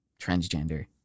transgender